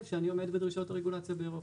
שאני עומד בדרישות הרגולציה באירופה,